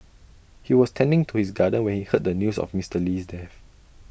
he was tending to his garden when he heard the news of Mister Lee's death